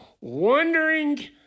wondering